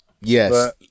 Yes